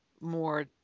more